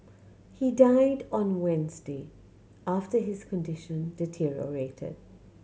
he died on Wednesday after his condition deteriorated